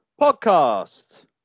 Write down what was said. podcast